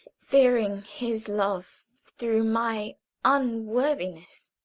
fearing his love through my unworthiness.